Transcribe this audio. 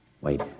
Wait